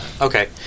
Okay